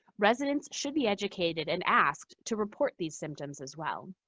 residents should be educated and asked to report these symptoms as well.